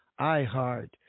iHeart